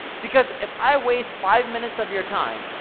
because if i waste five minutes of your time,